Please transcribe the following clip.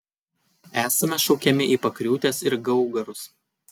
esame šaukiami į pakriūtes ir gaugarus